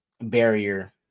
barrier